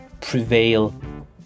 prevail